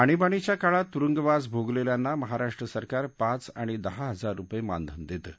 आणीबाणीच्या काळात तुरूंगवास भोगलेल्यांना महाराष्ट्र सरकार पाच आणि दहा हजार रुपये मानधन देतं